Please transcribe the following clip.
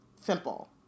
Simple